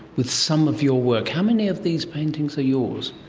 with some of your work. how many of these paintings are yours?